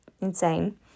insane